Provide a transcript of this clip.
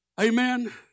Amen